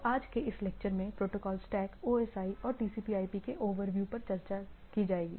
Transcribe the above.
तो आज के इस लेक्चर में प्रोटोकॉल स्टैक OSI और TCP IP के ओवरव्यू पर चर्चा की जाएगी